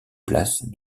place